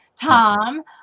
Tom